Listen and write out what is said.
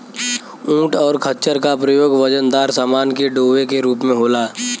ऊंट और खच्चर का प्रयोग वजनदार समान के डोवे के रूप में होला